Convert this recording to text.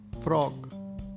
frog